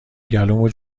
گلومو